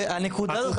כי הנקודה הזאת חשובה.